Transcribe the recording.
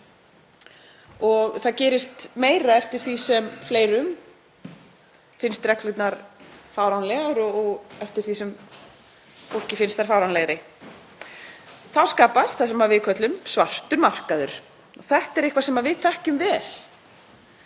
Það gerist meira eftir því sem fleirum finnst reglurnar fáránlegar og eftir því sem fólki finnst þær fáránlegri skapast það sem við köllum svartan markað. Þetta er eitthvað sem við þekkjum vel